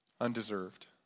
undeserved